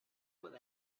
with